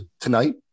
tonight